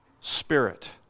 spirit